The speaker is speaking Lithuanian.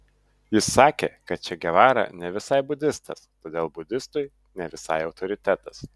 jis sakė kad če gevara ne visai budistas todėl budistui ne visai autoritetas